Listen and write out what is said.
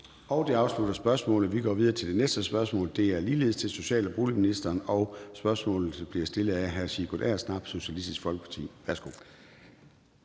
Det afslutter spørgsmålet. Vi går videre til det næste spørgsmål, som ligeledes er til social- og boligministeren og bliver stillet af hr. Sigurd Agersnap, Socialistisk Folkeparti. Kl.